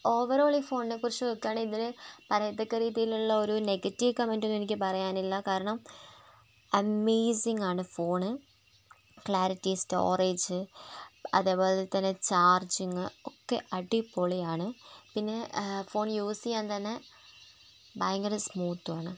overall ഈ ഫോണിനെക്കുറിച്ച് നോക്കുകയാണെങ്കില് ഇതിന് പറയത്തക്ക രീതിയിലുള്ള ഒരു നെഗറ്റിവ് കമൻറ്റൊന്നും എനിക്ക് പറയാനില്ല കാരണം അമേസിങ്ങാണ് ഫോണ് ക്ലാരിറ്റി സ്റ്റോറേജ് അതേപോലെതന്നെ ചാർജിങ്ങ് ഒക്കെ അടിപൊളിയാണ് പിന്നെ ഫോൺ യൂസ് ചെയ്യാൻ തന്നെ ഭയങ്കരം സ്മൂത്തുമാണ്